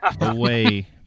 away